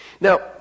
Now